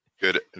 Good